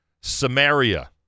Samaria